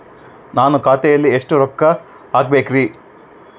ನಾನು ಖಾತೆಯಲ್ಲಿ ಎಷ್ಟು ರೊಕ್ಕ ಹಾಕಬೇಕ್ರಿ?